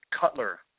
Cutler